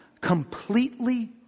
completely